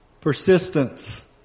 Persistence